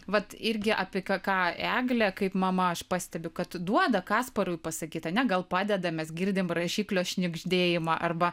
vat irgi apie ką eglė kaip mama aš pastebiu kad duoda kasparui pasakyt ane gal padeda mes girdime rašiklio šnibždėjimą arba